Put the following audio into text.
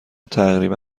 تقریبا